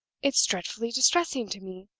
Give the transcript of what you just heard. it's dreadfully distressing to me.